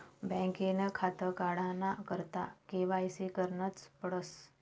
बँकनं खातं काढाना करता के.वाय.सी करनच पडस